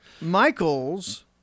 Michaels